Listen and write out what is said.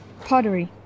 Pottery